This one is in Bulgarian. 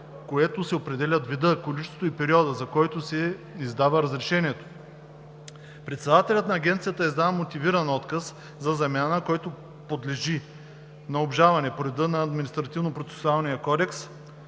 което се определят видът, количеството и периодът, за който се издава разрешението. Председателят на агенцията издава мотивиран отказ за замяна, който подлежи на обжалване по реда на